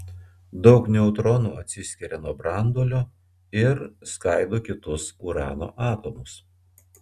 daug neutronų atsiskiria nuo branduolio ir skaido kitus urano atomus